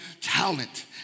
talent